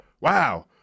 Wow